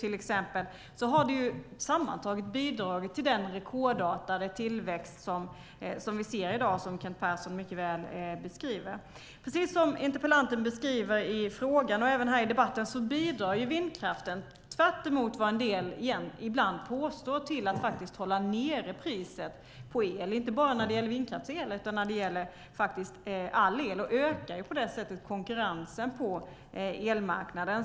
Det har sammantaget bidragit till den rekordartade tillväxt som vi ser i dag och som Kent Persson beskriver. Som interpellanten skriver i frågan och säger här i debatten bidrar vindkraften, tvärtemot vad en del påstår, till att hålla nere priset på el. Det gäller inte bara vindkraftsel utan all el. På det sättet ökar konkurrensen på elmarknaden.